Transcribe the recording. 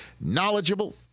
knowledgeable